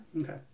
Okay